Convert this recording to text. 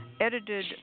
edited